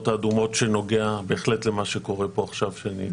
האדומות והדיון בהחלט נוגע למה שקורה כאן עכשיו.